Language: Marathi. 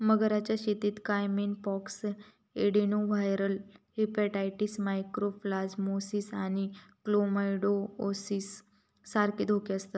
मगरांच्या शेतीत caiman pox, adenoviral hepatitis, mycoplasmosis आणि क्लेमायडिओसिस सारखे धोके आसतत